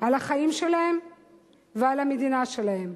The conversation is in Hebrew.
על החיים שלהם ועל המדינה שלהם.